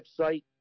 website